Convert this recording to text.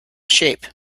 shape